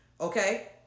Okay